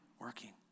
working